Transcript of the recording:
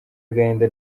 agahinda